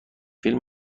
فیلم